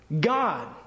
God